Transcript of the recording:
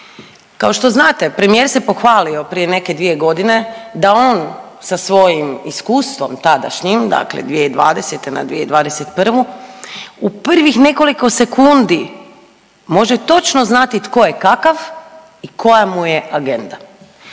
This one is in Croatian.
Kao što znate premijer se pohvalio prije neke 2 godine da on sa svojim iskustvom tadašnjim dakle 2020. na 2021. u prvih nekoliko sekundi može točno znati tko je kakav i koja mu je agenda.